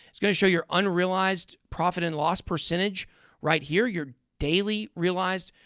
it's going to show your unrealized profit and loss percentage right here, your daily realized